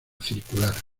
circular